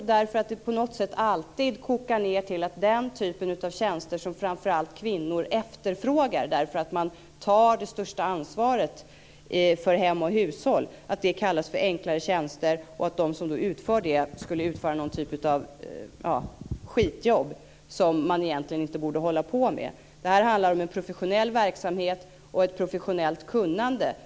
Jo, därför att det på något sätt alltid så att säga kokar ned till att de tjänster som framför allt kvinnor efterfrågar därför att de tar det största ansvaret för hem och hushåll kallas för enklare tjänster. De som utför sådant här skulle alltså utföra någon typ av skitjobb som man egentligen inte borde hålla på med. Men här handlar det om en professionell verksamhet och om ett professionellt kunnande.